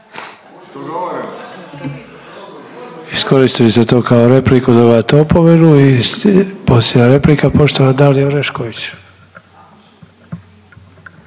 Iskoristili ste to kao repliku dobivate opomenu. I posljednja replika poštovana Dalija Orešković.